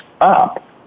up